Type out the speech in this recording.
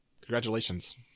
congratulations